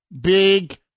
big